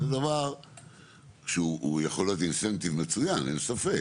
זה דבר שהוא יכול להיות incentive מצוין, אין ספק.